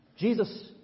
Jesus